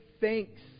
thanks